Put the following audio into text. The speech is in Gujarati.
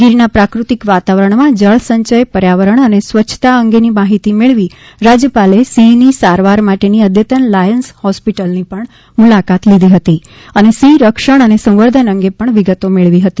ગીરના પ્રાકૃતિક વાતાવરણમાં જળસંચય પર્યાવરણ અને સ્વચ્છતા અંગેની માહિતી મેળવી રાજ્યપાલે સિંહની સારવાર માટે ની અદ્યતન લાયન્સ હોસ્પિટલની મુલાકાત લીધી હતી અને સિંહ રક્ષણ અને સંવર્ધન અંગે પણ વિગતો મેળવી હતી